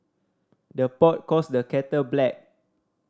the pot calls the kettle black